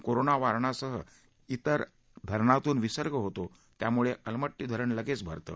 कोयना वारणासह इतर धरणातून विसर्ग होतो त्यामुळे अलमट्टी धरण लगेच भरतं